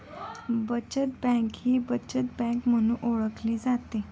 बचत बँक ही बचत बँक म्हणून ओळखली जाते